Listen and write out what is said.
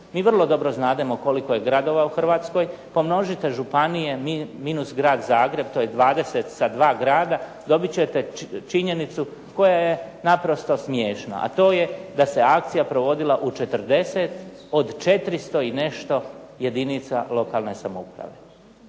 Mi vrlo dobro znademo koliko je gradova u Hrvatskoj, pomnožite županije minus Grad Zagreb, to je 20 sa 2 grada, dobit ćete činjenicu koja je naprosto smiješna, a to je da se akcija provodila u 40 od 400 i nešto jedinica lokalne samouprave.